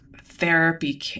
therapy